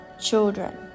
children